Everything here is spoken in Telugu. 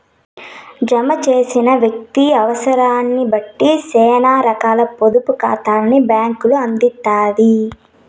జమ చేసిన వ్యక్తి అవుసరాన్నిబట్టి సేనా రకాల పొదుపు కాతాల్ని బ్యాంకులు అందిత్తాయి